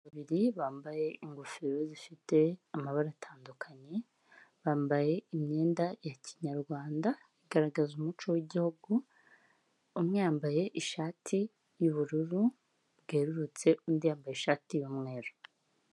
Babiri bambaye ingofero zifite amabara atandukanye, bambaye imyenda ya kinyarwanda igaragaza umuco w'igihugu umwe yambaye ishati y'ubururu bwerurutse undi yambaye ishati y'umweru.